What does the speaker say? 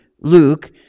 Luke